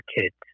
kids